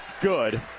good